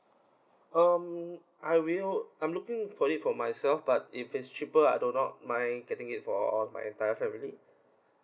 um I will I'm looking for it for myself but if it's cheaper I do not mind getting it for all my entire family